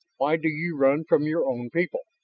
why do you run from your own people?